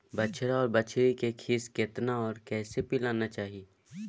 बछरा आर बछरी के खीस केतना आर कैसे पिलाना चाही?